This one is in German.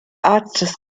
arztes